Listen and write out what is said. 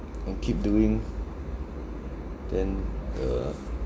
and keep doing then uh